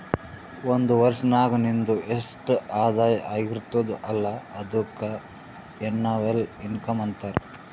ಒಂದ್ ವರ್ಷನಾಗ್ ನಿಂದು ಎಸ್ಟ್ ಆದಾಯ ಆಗಿರ್ತುದ್ ಅಲ್ಲ ಅದುಕ್ಕ ಎನ್ನವಲ್ ಇನ್ಕಮ್ ಅಂತಾರ